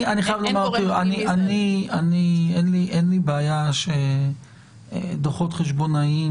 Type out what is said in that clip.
אני חייב לומר שאין לי בעיה שדוחות חשבונאים